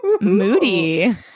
moody